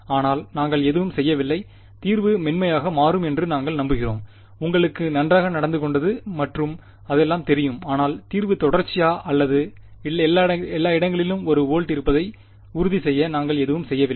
ஆனால் நாங்கள் எதுவும் செய்யவில்லை தீர்வு மென்மையாக மாறும் என்று நாங்கள் நம்புகிறோம் உங்களுக்கு நன்றாக நடந்துகொண்டது மற்றும் அதெல்லாம் தெரியும் ஆனால் தீர்வு தொடர்ச்சியாக எல்லா இடங்களிலும் ஒரு வோல்ட் இருப்பதை உறுதி செய்ய நாங்கள் எதுவும் செய்யவில்லை